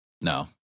No